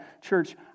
Church